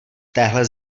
téhle